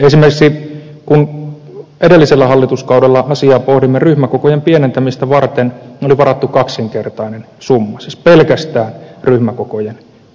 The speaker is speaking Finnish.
esimerkiksi kun edellisellä hallituskaudella asiaa pohdimme ryhmäkokojen pienentämistä varten oli varattu kaksinkertainen summa siis pelkästään ryhmäkokojen pienentämiseen